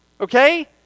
Okay